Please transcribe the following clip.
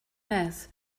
mass